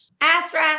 Astra